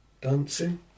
dancing